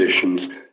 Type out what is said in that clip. conditions